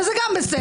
וזה גם בסדר.